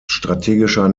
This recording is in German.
strategischer